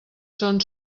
són